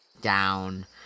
down